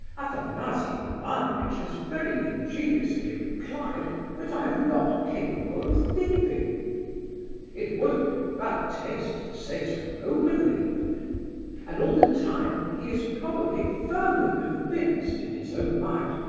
afanasy ivanovitch has very ingeniously implied that i am not capable of thieving it would have been bad taste to say so openly and all the time he is probably firmly convinced, in his own mind,